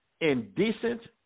indecent